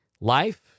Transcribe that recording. Life